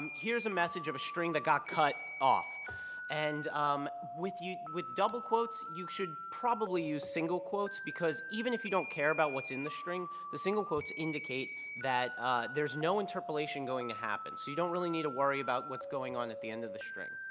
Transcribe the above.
um here's a message of a string that got cut off and um with double quotes, you should probably use single quotes because even if you don't care about what's in the string the single quotes indicate that there's no interpolation going to happen, so you don't really need to worry about what's going on at the end of the string.